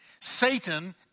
Satan